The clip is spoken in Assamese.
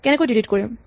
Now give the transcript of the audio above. কেনেকৈ ডিলিট কৰিম